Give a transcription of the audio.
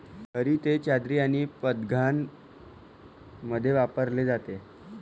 घरी ते चादरी आणि पडद्यांमध्ये वापरले जाते